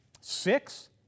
Six